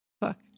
Fuck